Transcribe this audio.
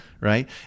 Right